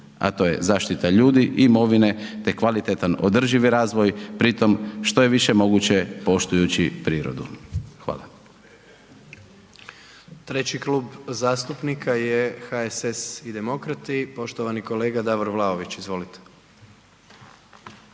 a to je zaštita ljudi, imovine te kvalitetan održivi razvoj. Pri tome što je više moguće poštujući prirodu. Hvala. **Jandroković, Gordan (HDZ)** Treći klub zastupnika je HSS i Demokrati i poštovani kolega Davor Vlaović. Izvolite.